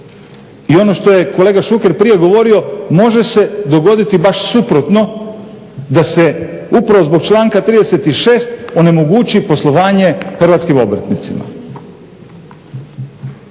I ono što je kolega Šuker prije govorio, može se dogoditi baš suprotno da se upravo zbog članka 36. onemogući poslovanje hrvatskim obrtnicima.